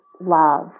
Love